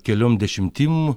keliom dešimtim